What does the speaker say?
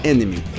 Enemy